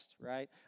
right